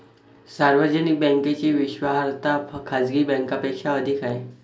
सार्वजनिक बँकेची विश्वासार्हता खाजगी बँकांपेक्षा अधिक आहे